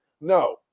no